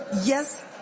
Yes